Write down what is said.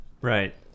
Right